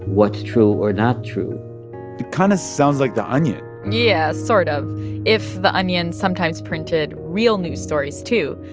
what's true or not true it kind of sounds like the onion yeah, sort of if the onion sometimes printed real news stories too.